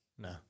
No